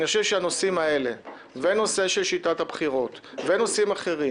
אני חושב שהנושאים האלה ונושא של שיטת הבחירות ונושאים אחרים